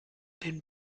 den